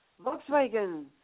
Volkswagen